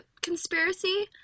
conspiracy